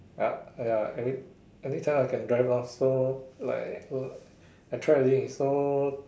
ya ya every~ every time I can drive lah so like I try everything so